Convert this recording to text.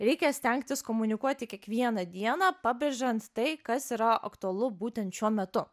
reikia stengtis komunikuoti kiekvieną dieną pabrėžiant tai kas yra aktualu būtent šiuo metu